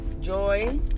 joy